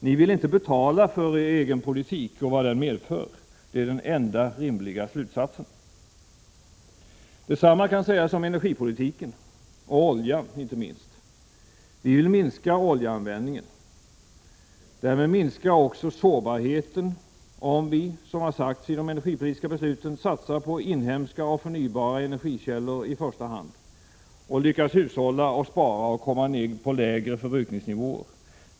Ni vill inte betala för er egen politik och för vad den medför. Det är den enda rimliga slutsatsen. Detsamma kan sägas om energipolitiken och inte minst oljan. Vi vill minska oljeanvändningen. Därmed minskar också sårbarheten om vi, som har sagts i de energipolitiska besluten, satsar på inhemska och förnybara energikällor i första hand och lyckas hushålla och spara och komma ner på lägre förbrukningsnivåer.